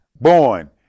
born